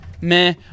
meh